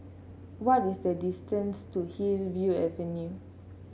what is the distance to Hillview Avenue